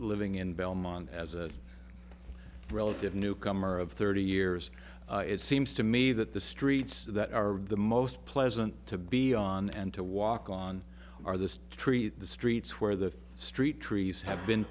living in belmont as a relative newcomer of thirty years it seems to me that the streets that are the most pleasant to be on and to walk on are the treat the streets where the street trees have been